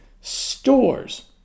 stores